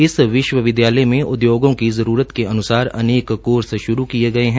इस विश्वविद्यालय में उदयोगों की जरूरत के अन्सार अनेक कोर्स श्रू किए गए हैं